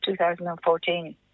2014